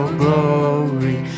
glory